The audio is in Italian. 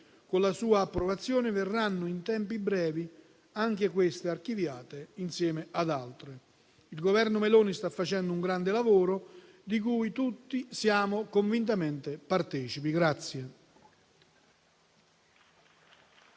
con la sua approvazione in tempi brevi verranno anche queste archiviate insieme ad altre. Il Governo Meloni sta facendo un grande lavoro, di cui tutti siamo convintamente partecipi.